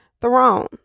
throne